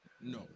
No